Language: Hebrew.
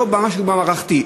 ולא במשהו מערכתי.